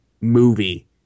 movie